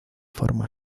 forma